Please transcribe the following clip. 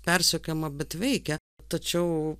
persekiojama bet veikė tačiau